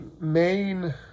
main